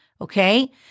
Okay